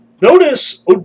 Notice